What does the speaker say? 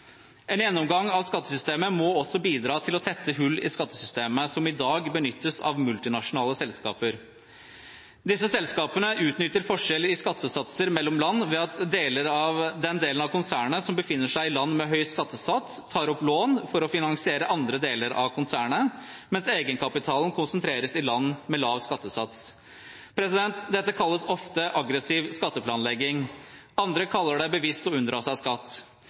En gjennomgang av skattesystemet må også bidra til å tette hull i skattesystemet som i dag benyttes av multinasjonale selskaper. Disse selskapene utnytter forskjeller i skattesatser mellom land ved at den delen av konsernet som befinner seg i land med høy skattesats, tar opp lån for å finansiere andre deler av konsernet, mens egenkapitalen konsentreres i land med lav skattesats. Dette kalles ofte aggressiv skatteplanlegging. Andre kaller det bevisst å unndra seg skatt.